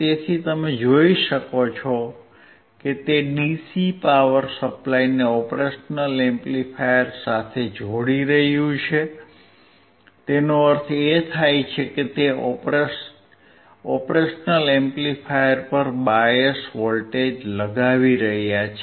તેથી તમે જોઈ શકો છો કે તે ડીસી પાવર સપ્લાયને ઓપરેશનલ એમ્પ્લીફાયર સાથે જોડી રહ્યું છે તેનો અર્થ એ છે કે તે ઓપ એમ્પ પર બાયસ વોલ્ટેજ લગાવી રહ્યા છે